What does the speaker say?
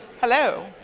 Hello